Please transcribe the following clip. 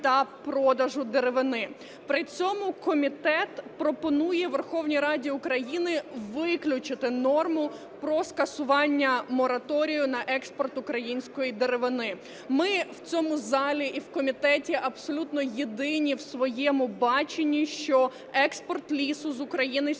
та продажу деревини. При цьому комітет пропонує Верховній Раді України виключити норму про скасування мораторію на експорт української деревини. Ми в цьому залі і в комітеті абсолютно єдині у своєму баченні, що експорт лісу з України сьогодні